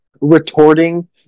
retorting